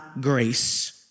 Grace